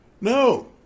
No